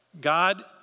God